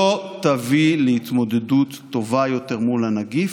לא יביאו להתמודדות טובה יותר מול הנגיף.